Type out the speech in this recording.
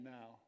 now